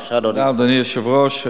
תודה, אדוני היושב-ראש.